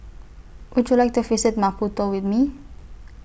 Would YOU like to visit Maputo with Me